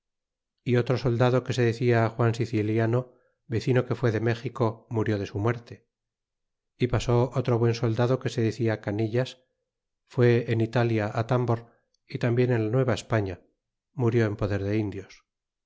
e otro soldado que se decia juan siciliano vecino que fué de méxico murió de su muerte e pasó otro buen soldado que se decia canillas fué en italia atambor y tambien en la nuevaespaña murió en poder de indios